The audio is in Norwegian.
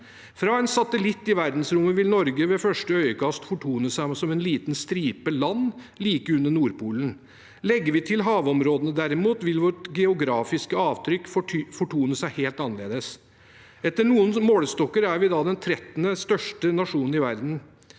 Fra en satellitt i verdensrommet vil Norge ved første øyekast fortone seg som en liten stripe land like under Nordpolen. Legger vi til havområdene derimot, vil vårt geografiske avtrykk fortone seg helt annerledes. Etter noen målestokker er vi da den 13. største nasjonen i verden.